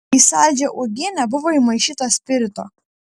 į saldžią uogienę buvo įmaišyta spirito